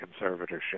conservatorship